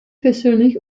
persönlich